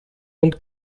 und